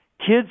Kids